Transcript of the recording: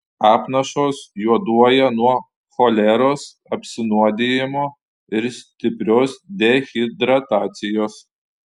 apnašos juoduoja nuo choleros apsinuodijimo ir stiprios dehidratacijos